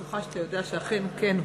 התשע"ג 2013,